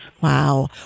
Wow